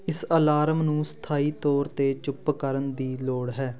ਇਸ ਅਲਾਰਮ ਨੂੰ ਸਥਾਈ ਤੌਰ 'ਤੇ ਚੁੱਪ ਕਰਨ ਦੀ ਲੋੜ ਹੈ